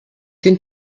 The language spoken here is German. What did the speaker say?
den